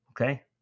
Okay